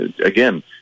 Again